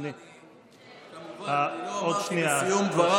אני לא אמרתי בסיום דבריי,